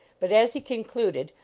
but as he con cluded,